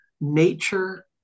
nature